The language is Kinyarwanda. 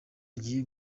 agiye